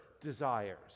desires